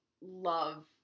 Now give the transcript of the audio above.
love